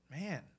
man